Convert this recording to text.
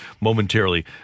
momentarily